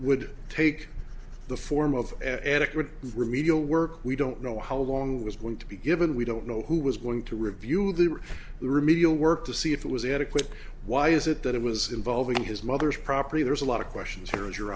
would take the form of adequate remedial work we don't know how long it was going to be given we don't know who was going to review they were the remedial work to see if it was adequate why is it that it was involving his mother's property there's a lot of questions here and your